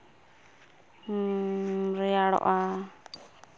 ᱨᱮᱭᱟᱲᱚᱜᱼᱟ